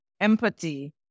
empathy